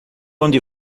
onde